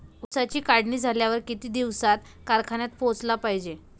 ऊसाची काढणी झाल्यावर किती दिवसात कारखान्यात पोहोचला पायजे?